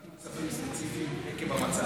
ניתנו צווים ספציפיים עקב המצב.